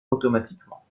automatiquement